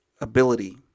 ability